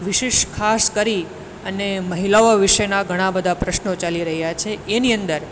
વિશિષ્ટ ખાસ કરી અને મહિલાઓ વિષેના ઘણા બધા પ્રશ્નો ચાલી રહ્યા છે એની અંદર